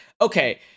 okay